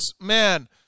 man